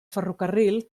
ferrocarril